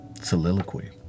soliloquy